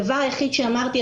הדבר היחיד שאמרתי,